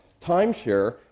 timeshare